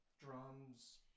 drums